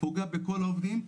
פוגע בכל העובדים.